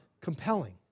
compelling